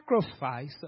sacrifice